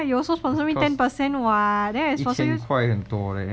yeah lah you also sponsor me ten percent [what] then I sponsor you